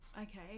okay